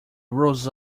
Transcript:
rose